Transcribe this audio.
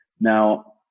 Now